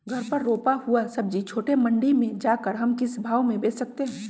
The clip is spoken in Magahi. घर पर रूपा हुआ सब्जी छोटे मंडी में जाकर हम किस भाव में भेज सकते हैं?